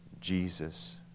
Jesus